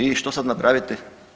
I što sad napraviti?